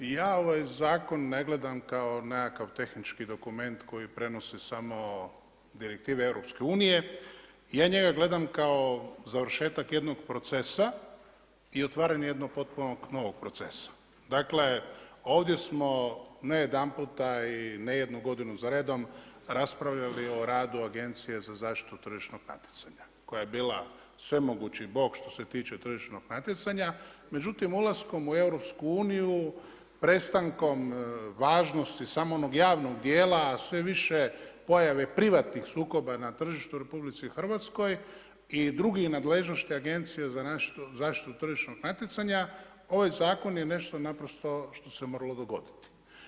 Ja ovaj zakon ne gledam kao nekakav tehnički dokument koji prenosi samo direktive EU, ja njega gledam kao završetak jednog procesa i otvaranje jednog potpuno novog procesa, dakle ovdje smo ne jedan puta i ne jednu godinu za redom raspravljali o radu Agencije za zaštitu tržišnog natjecanja koja je bila svemogući bog što se tiče tržišnog natjecanja, međutim ulaskom u EU, prestankom važnosti samo onog javnog djela sve više pojave privatnih sukoba na tržištu u RH, i drugi u nadležnosti Agencije za zaštitu tržišnog natjecanja, ovaj zakon je nešto naprosto što se moralo dogoditi.